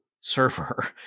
server